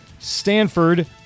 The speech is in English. Stanford